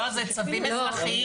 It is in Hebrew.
לא, זה צווים אזרחיים.